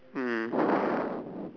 mm